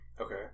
okay